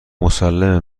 مسلمه